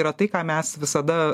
yra tai ką mes visada